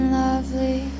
lovely